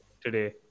today